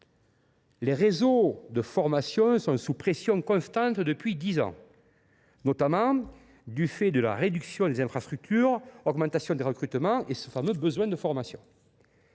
les réseaux de formation sont sous pression constante depuis dix ans, notamment du fait de la réduction des infrastructures et de l’augmentation des recrutements et des besoins de formation.